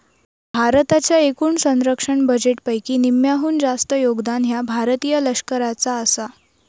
भारताच्या एकूण संरक्षण बजेटपैकी निम्म्याहून जास्त योगदान ह्या भारतीय लष्कराचा आसा